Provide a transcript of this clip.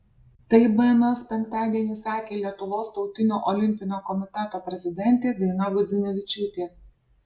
tai bns penktadienį sakė lietuvos tautinio olimpinio komiteto prezidentė daina gudzinevičiūtė